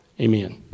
Amen